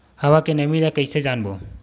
हवा के नमी ल कइसे जानबो?